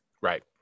Right